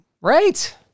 Right